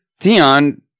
Theon